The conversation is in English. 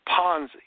Ponzi